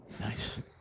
Nice